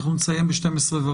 אנחנו נסיים ב-12:15